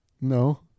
No